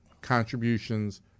contributions